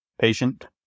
patient